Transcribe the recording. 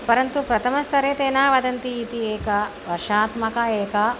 परन्तु प्रथमस्तरे ते न वदन्ति इति एक वर्षात्मक एका